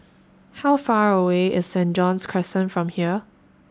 How Far away IS Saint John's Crescent from here